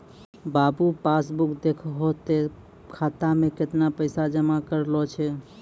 बाबू passbook देखहो तें खाता मे कैतना पैसा जमा करलो छै